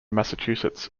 massachusetts